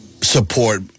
support